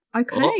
Okay